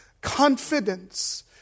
confidence